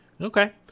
Okay